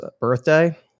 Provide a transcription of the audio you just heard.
birthday